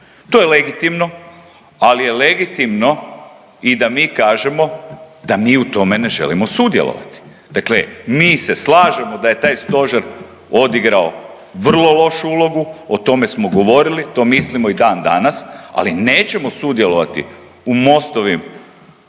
To je legitimno, ali je legitimno i da mi kažemo da mi u tome ne želimo sudjelovati. Dakle, mi se slažemo da je taj stožer odigrao vrlo lošu ulogu, o tome smo govorili, to mislimo i dandanas, ali nećemo sudjelovati u Mostovim